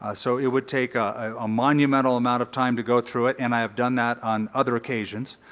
ah so it would take a monumental amount of time to go through it. and i have done that on other occasions.